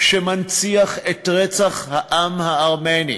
שמנציח את רצח העם הארמני.